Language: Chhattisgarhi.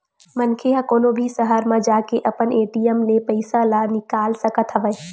मनखे ह कोनो भी सहर म जाके अपन ए.टी.एम ले पइसा ल निकाल सकत हवय